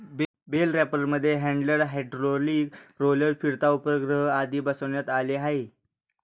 bell रॅपरमध्ये handler, hydraulic roller, फिरता उपग्रह आदी बसवण्यात आले आहे